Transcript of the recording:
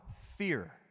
fear